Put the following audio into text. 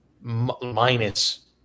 minus